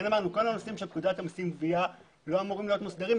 כל הנושאים של פקודת המיסים (גבייה) לא אמורים להיות מוסדרים,